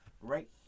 right